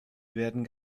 werden